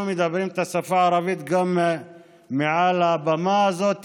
אנחנו מדברים את השפה הערבית גם מעל הבמה הזו,